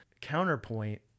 Counterpoint